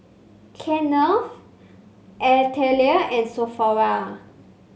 Kenan Latanya and Sophronia